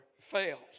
fails